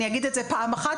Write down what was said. אני אגיד את זה פעם אחת,